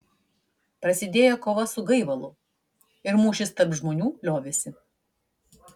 prasidėjo kova su gaivalu ir mūšis tarp žmonių liovėsi